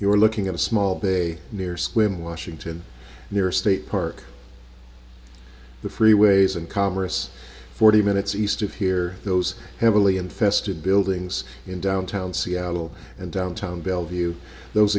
you're looking at a small bay near slim washington near a state park the freeways and congress forty minutes east of here those heavily infested buildings in downtown seattle and downtown bellevue those